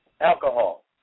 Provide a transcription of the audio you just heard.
alcohol